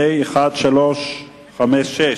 פ/1356,